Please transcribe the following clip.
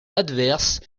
adverse